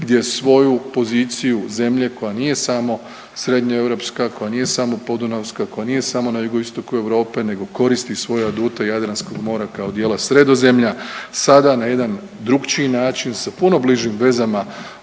gdje svoju poziciju zemlje koja nije samo srednjeeuropska, koja nije samo podunavska, koja nije samo na jugoistoku Europe nego koristi svoje adute Jadranskog mora kao dijela Sredozemlja, sada na jedan drukčiji način sa puno bližim vezama